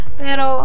pero